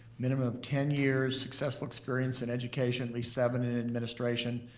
minimum of ten years successful experience in education, at least seven in administration,